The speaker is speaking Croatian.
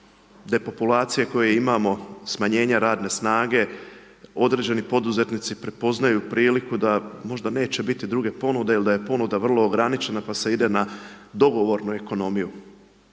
depopulacije koju imamo, smanjenje radne snage, određeni poduzetnici prepoznaju priliku da možda neće biti druge ponude ili da je ponuda vrlo ograničena, pa se ide na dogovor ekonomiju.